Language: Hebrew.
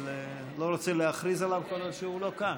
אבל לא רוצה להכריז עליו כל עוד שהוא לא כאן.